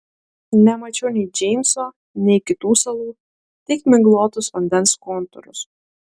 nemačiau nei džeimso nei kitų salų tik miglotus vandens kontūrus